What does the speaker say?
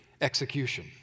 execution